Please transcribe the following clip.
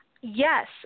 yes